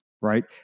right